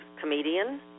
comedian